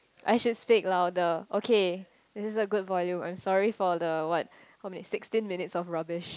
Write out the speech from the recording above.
I should speak louder okay this is a good volume I'm sorry for the what how many sixteen minutes of rubbish